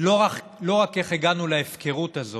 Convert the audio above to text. לא רק איך הגענו להפקרות הזאת,